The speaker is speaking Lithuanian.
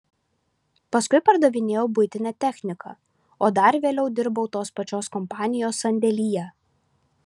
paskui pardavinėjau buitinę techniką o dar vėliau dirbau tos pačios kompanijos sandėlyje